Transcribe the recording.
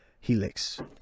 helix